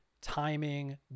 timing